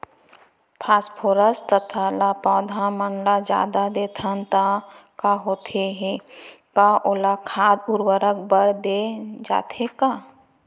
Phosphorus तथा ल पौधा मन ल जादा देथन त का होथे हे, का ओला खाद उर्वरक बर दे जाथे का?